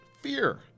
Fear